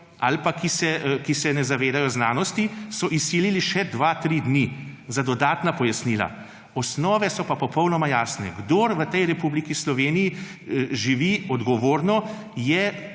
ali pa ki se ne zavedajo znanosti, še 2, 3 dni za dodatna pojasnila, osnovne so pa popolnoma jasne. Kdor v tej Republiki Sloveniji živi odgovorno, je